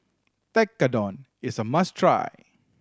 tekkadon is a must try